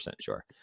sure